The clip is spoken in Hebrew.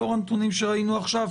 לאור הנתונים שראינו עכשיו,